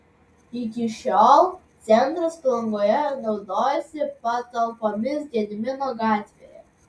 iki šiol centras palangoje naudojosi patalpomis gedimino gatvėje